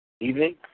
Evening